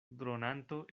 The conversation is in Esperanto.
dronanto